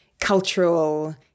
cultural